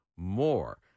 more